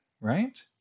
right